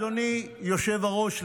אדוני היושב-ראש,